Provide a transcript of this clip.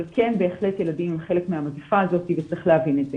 אבל כן בהחלט ילדים הם חלק מהמגיפה הזאת וצריך להבין את זה.